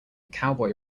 cowboy